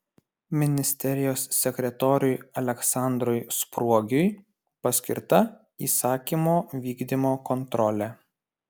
ministerijos sekretoriui aleksandrui spruogiui paskirta įsakymo vykdymo kontrolė